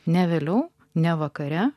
ne vėliau ne vakare